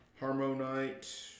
Harmonite